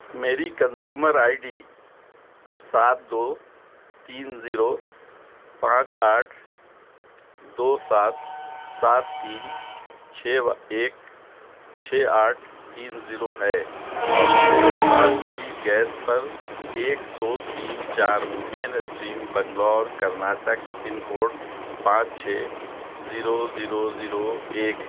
میری consumer ID سات دو تین زیرو پانچ آٹھ دو سات سات تین چھ و ایک چھ آٹھ تین زیرو ہے اور مجھے اعتماد کی گیس پر ایک دو تین چار main stream Bangalore Karnataka pincode پانچ چھ زیرو زیرو زیرو ایک